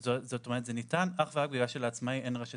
זה ניתן אך ורק בגלל שלעצמאי אין רשת